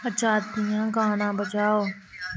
अज़ादियां गाना बजाओ